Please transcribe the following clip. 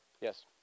Yes